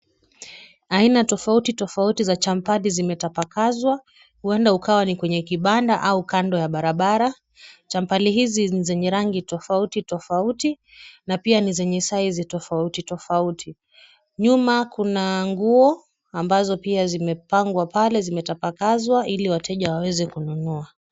Aina tofauti tofauti za champali zimetapakazwa huenda ukawa ni kwenye kibanda au kando ya barabara. Champali hizi ni zenye rangi tofauti tofauti na pia ni zenye size tofauti tofauti. Nyuma kuna nguo ambazo pia zimepangwa pale zimetapakazwa ili wateja waweze kununua.